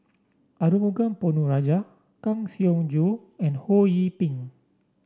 Arumugam Ponnu Rajah Kang Siong Joo and Ho Yee Ping